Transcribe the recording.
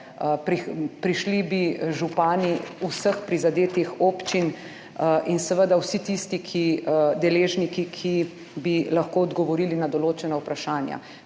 Prišli bi župani vseh prizadetih občin in seveda vsi tisti deležniki, ki bi lahko odgovorili na določena vprašanja.